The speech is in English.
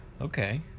okay